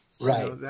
right